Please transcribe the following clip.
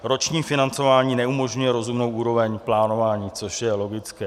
Roční financování neumožňuje rozumnou úroveň plánování, což je logické.